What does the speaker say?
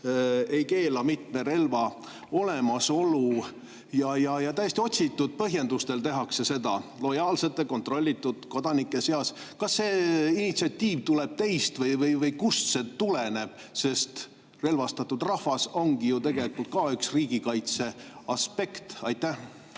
enesekaitseks või sportimiseks. Täiesti otsitud põhjendustega tehakse seda lojaalsete kontrollitud kodanike seas. Kas see initsiatiiv tuleb teilt või kust see tuleneb, sest relvastatud rahvas ongi ju tegelikult ka üks riigikaitse aspekt? Aitäh!